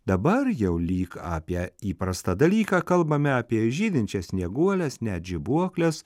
dabar jau lyg apie įprastą dalyką kalbame apie žydinčias snieguoles net žibuokles